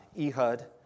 Ehud